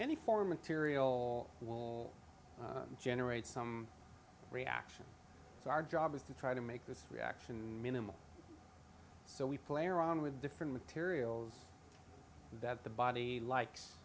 any four material will generate some reaction so our job is to try to make this reaction minimal so we play around with different materials that the body likes